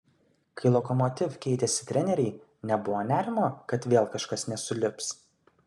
kai lokomotiv keitėsi treneriai nebuvo nerimo kad vėl kažkas nesulips